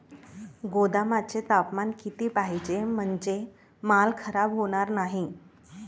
गोदामाचे तापमान किती पाहिजे? म्हणजे माल खराब होणार नाही?